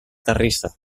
terrissa